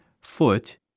foot